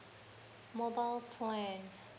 mobile plan